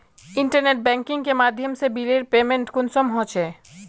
Internet banking के माध्यम से बिलेर पेमेंट कुंसम होचे?